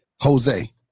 Jose